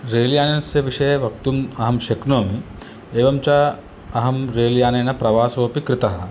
रेल्यानस्य विषये वक्तुम् अहं शक्नोमि एवं च अहं रेल्यानेन प्रवासोपि कृतः